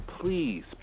please